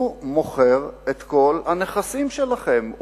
הוא מוכר את כל הנכסים שלכם.